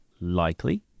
likely